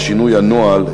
או שינוי הנוהל,